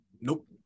Nope